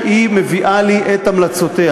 והיא מביאה לי את המלצותיה.